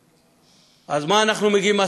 אז לְמה אנחנו מגיעים?